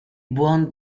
buon